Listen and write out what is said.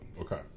okay